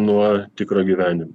nuo tikro gyvenimo